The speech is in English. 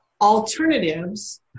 alternatives